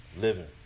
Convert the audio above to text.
Living